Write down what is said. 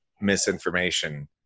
misinformation